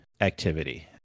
activity